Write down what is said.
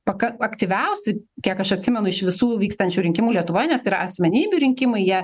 paka aktyviausi kiek aš atsimenu iš visų vykstančių rinkimų lietuvoje nes tai yra asmenybių rinkimai jie